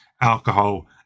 alcohol